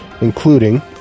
including